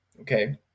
Okay